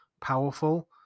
powerful